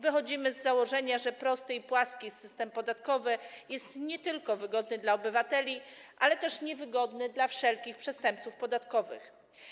Wychodzimy z założenia, że prosty i płaski system podatkowy jest nie tylko wygodny dla obywateli, ale też niewygodny dla wszelkich przestępców podatkowych.